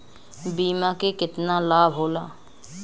बीमा के केतना लाभ होला?